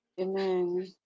Amen